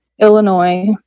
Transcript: Illinois